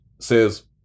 says